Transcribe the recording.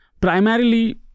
primarily